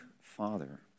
father